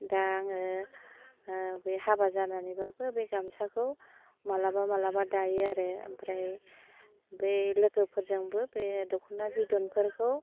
दा आङो बे हाबा जानानैबाबो बे गामसाखौ मालाबा मालाबा दायो आरो ओमफ्राय बे लोगोफोरजोंबो बे दख'ना बिदनफोरखौ